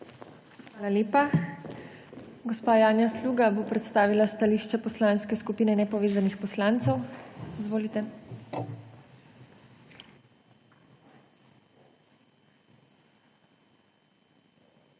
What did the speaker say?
Hvala lepa. Gospa Janja Sluga bo predstavila stališče Poslanske skupine nepovezanih poslancev. Izvolite. JANJA